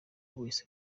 wese